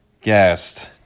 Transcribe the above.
guest